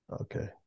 Okay